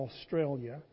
Australia